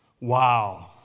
Wow